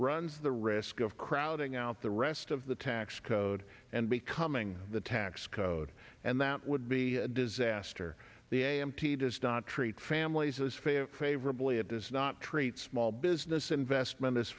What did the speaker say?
runs the risk of crowding out the rest of the tax code and becoming the tax code and that would be a disaster the a m t does not treat families as fair favorably at this not treat small business investment